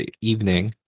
evening